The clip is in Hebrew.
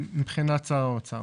מבחינת שר האוצר.